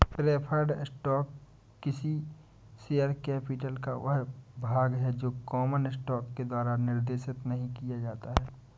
preferred stock किसी share capital का वह भाग है जो कॉमन स्टॉक के द्वारा निर्देशित नहीं किया जाता है